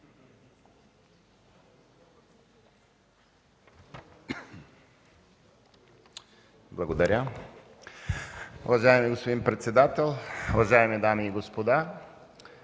ТОДОРОВА: Уважаеми господин председател, уважаеми дами и господа